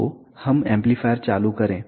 तो हम एम्पलीफायर चालू करें